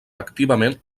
activament